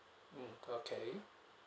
mm okay